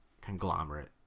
Conglomerate